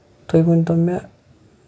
تُہۍ ؤنۍ تو مےٚ